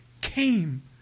came